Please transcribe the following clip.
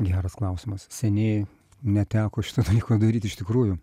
geras klausimas seniai neteko šito dalyko daryt iš tikrųjų